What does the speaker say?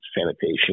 sanitation